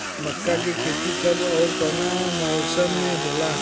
मका के खेती कब ओर कवना मौसम में होला?